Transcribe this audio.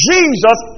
Jesus